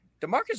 DeMarcus